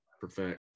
perfect